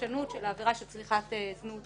שהפרשנות של העבירה של צריכת זנות